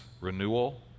renewal